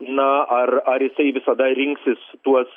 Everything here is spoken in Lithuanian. na ar ar jisai visada rinksis tuos